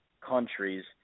countries